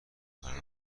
کند